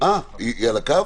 על הקו?